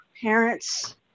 parents